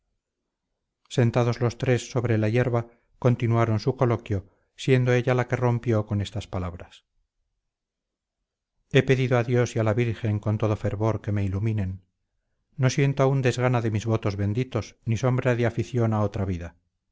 sentados los tres sobre la hierba continuaron su coloquio siendo ella la que rompió con estas palabras he pedido a dios y a la virgen con todo fervor que me iluminen no siento aún desgana de mis votos benditos ni sombra de afición a otra vida